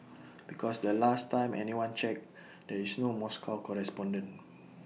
because the last time anyone checked there is no Moscow correspondent